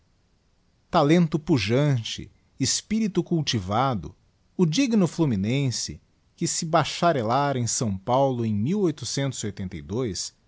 talento pujante espirito cultivado o digno fluminense que se bacharelara em s paulo em a